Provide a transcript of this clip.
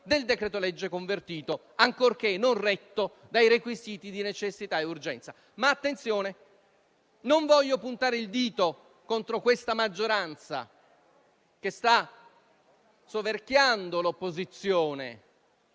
del decreto-legge convertito, ancorché non retto dai requisiti di necessità e urgenza. Ma attenzione: non voglio puntare il dito contro questa maggioranza, che sta soverchiando l'opposizione